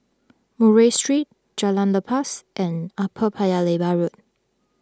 Murray Street Jalan Lepas and Upper Paya Lebar Road